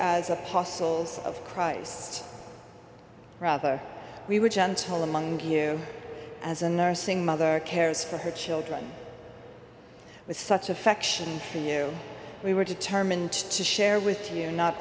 as apostles of christ rather we were gentle among you as a nursing mother cares for her children with such affection in you we were determined to share with you